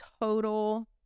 total